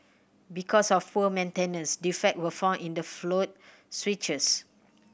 because of poor maintenance defect were found in the float switches